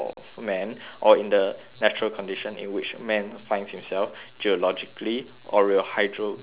or in the natural condition in which man finds himself geologically or hydrographical